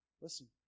Listen